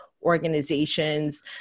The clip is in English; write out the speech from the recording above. Organizations